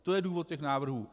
To je důvod těch návrhů.